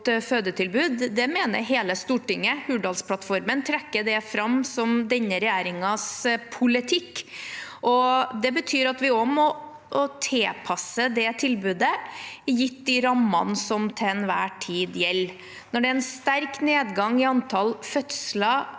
fødetilbud. Det mener hele Stortinget. Hurdalsplattformen trekker det fram som denne regjeringens politikk, og det betyr at vi også må tilpasse tilbudet til de rammene som til enhver tid gjelder. Når det er en sterk nedgang i antall fødsler